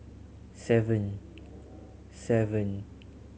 seven seven